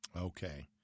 Okay